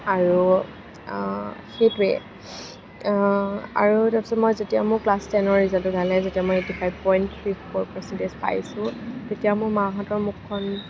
আৰু সেইটোৱে আৰু তাৰ পাছত মই যেতিয়া মোৰ ক্লাছ টেনৰ ৰিজাল্ট ওলালে যেতিয়া মই eighty five point three four percentage পাইছোঁ তেতিয়া মোৰ মাঁহতৰ মুখখন